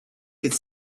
could